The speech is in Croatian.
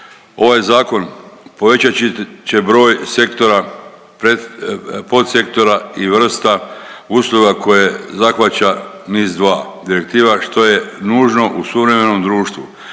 Ovaj zakon povećat će broj sektora, podsektora i vrsta usluga koje zahvaća NIS2 direktiva što je nužno u suvremenom društvu,